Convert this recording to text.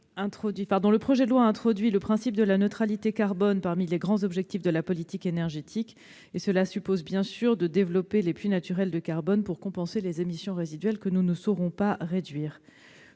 Le projet de loi inscrit la neutralité carbone parmi les grands objectifs de la politique énergétique : celle-ci suppose bien sûr de développer les puits naturels de carbone pour compenser les émissions résiduelles que nous ne saurons pas éradiquer.